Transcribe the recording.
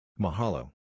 Mahalo